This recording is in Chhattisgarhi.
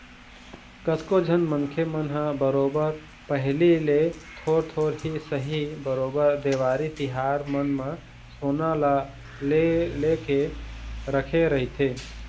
कतको झन मनखे मन ह बरोबर पहिली ले थोर थोर ही सही बरोबर देवारी तिहार मन म सोना ल ले लेके रखे रहिथे